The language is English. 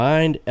Mind